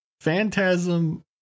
phantasm